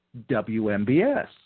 WMBS